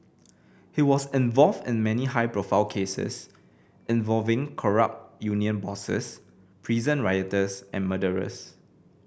he was involved in many high profile cases involving corrupt union bosses prison rioters and murderers